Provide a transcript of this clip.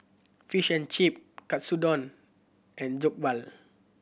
Fish and Chip Katsudon and Jokbal